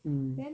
mm